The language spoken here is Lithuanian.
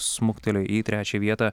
smuktelėjo į trečią vietą